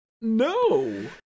No